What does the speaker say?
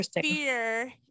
fear